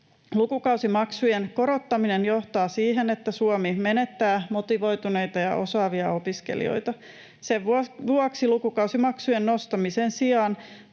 Lukukausimaksujen korottaminen johtaa siihen, että Suomi menettää motivoituneita ja osaavia opiskelijoita. Sen vuoksi lukukausimaksujen nostamisen sijaan